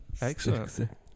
Excellent